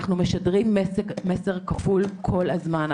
אנחנו משדרים מסר כפול כל הזמן.